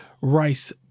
Rice